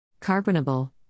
Carbonable